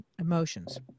emotions